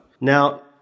Now